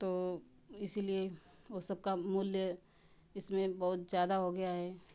तो इसीलिए वह सबका मूल्य इसमें बहुत ज़्यादा हो गया है